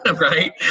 Right